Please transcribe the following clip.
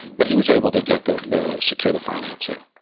but he was able to get the the secure the financing.